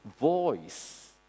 voice